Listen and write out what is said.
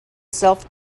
self